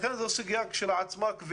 לכשעצמה זו סוגיה כבדה.